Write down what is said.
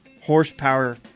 horsepower